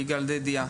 יגאל דדיה,